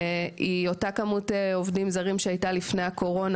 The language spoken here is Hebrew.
היא אותה כמות עובדים זרים שהייתה לפני הקורונה,